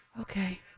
Okay